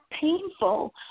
painful